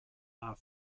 are